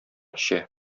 эчә